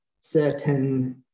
certain